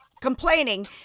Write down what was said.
complaining